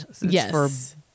Yes